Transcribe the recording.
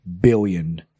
billion